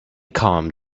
calmed